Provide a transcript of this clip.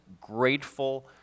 grateful